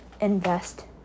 invest